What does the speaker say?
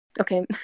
Okay